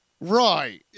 Right